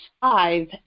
five